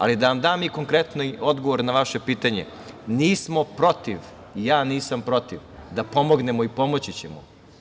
Ali, da vam i konkretan odgovor na vaše pitanje, nismo protiv, ja nisam protiv da pomognemo i pomoći ćemo.